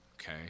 okay